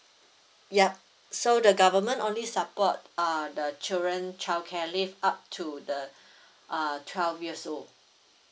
yup so the government only support err the children childcare leave up to the err twelve years old